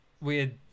weird